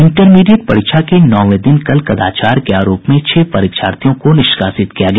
intermediate परीक्षा के नौवें दिन कल कदाचार के आरोप में छह परीक्षार्थियों को निष्कासित किया गया